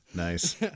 Nice